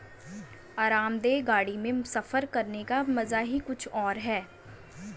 आरामदेह गाड़ी में सफर करने का मजा ही कुछ और है